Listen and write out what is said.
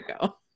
go